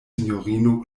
sinjorino